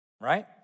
right